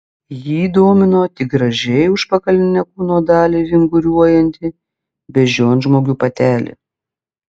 jį domino tik gražiai užpakalinę kūno dalį vinguriuojanti beždžionžmogių patelė